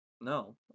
No